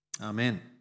Amen